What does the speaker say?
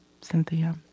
Cynthia